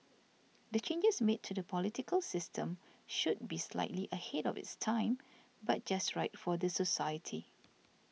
the changes made to the political system should be slightly ahead of its time but just right for the society